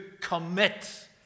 commit